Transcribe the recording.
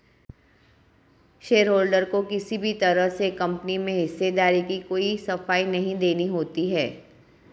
shareholder को किसी भी तरह से कम्पनी में हिस्सेदारी की कोई सफाई नहीं देनी होती है